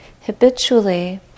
Habitually